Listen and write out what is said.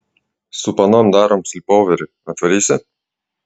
su panom darom slypoverį atvarysi